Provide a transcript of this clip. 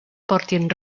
portin